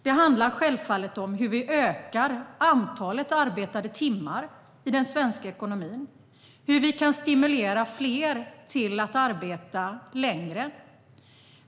Det handlar självfallet om hur vi kan öka antalet arbetade timmar i den svenska ekonomin och hur vi kan stimulera fler till att arbeta längre.